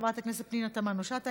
חברת הכנסת פנינה תמנו-שטה,